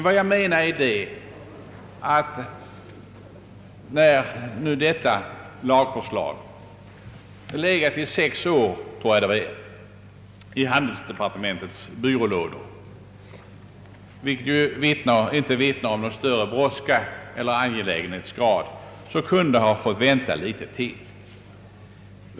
Vad jag menar är att när detta lagförslag nu har legat sex år i handelsdepartementets byrålådor — vilket ju inte vittnar om någon större brådska eller angelägenhetsgrad — kunde det ha fått vänta litet till.